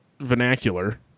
vernacular